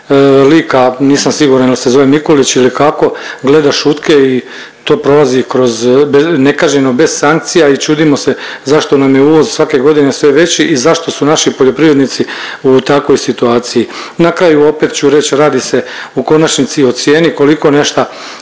lika, nisam siguran jel se zove Mikulić ili kako, gleda šutke i to prolazi kroz, bez, nekažnjeno bez sankcija i čudimo se zašto nam je uvoz svake godine sve veći i zašto su naši poljoprivrednici u takvoj situaciji. Na kraju opet ću reć radi se u konačnici o cijeni koliko nešta